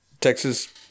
Texas